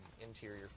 interior